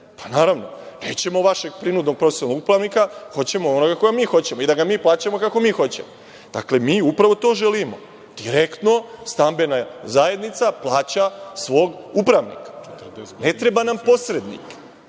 zgradama? Nećemo vašeg prinudnog profesionalnog upravnika, hoćemo onoga koga mi hoćemo i da ga mi plaćamo kako mi hoćemo. Dakle, mi upravo to želimo - direktno, stambena zajednica plaća svog upravnika. Ne treba nam posrednik.